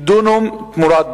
דונם תמורת דונם.